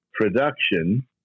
production